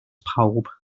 pawb